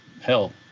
hell